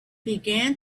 began